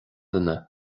duine